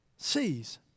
sees